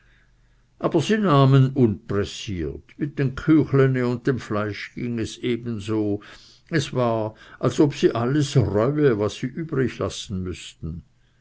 aber sie nahmen unpressiert mit den küchlene und dem fleisch ging es ebenso es war als ob sie alles reue was sie übrig lassen müßten